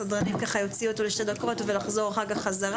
הסדרנים יוציאו אותו לשתי דקות ואחר כך יוכל לחזור בחזרה.